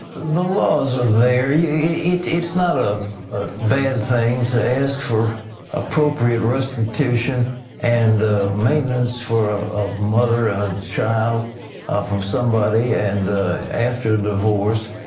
the laws are there. yeah it's it's not a bad thing to ask for appropriate restitution and maintenance for ah a mother and a child from somebody and after divorce.